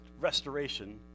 restoration